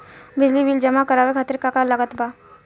बिजली बिल जमा करावे खातिर का का लागत बा?